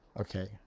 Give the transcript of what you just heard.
Okay